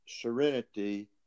serenity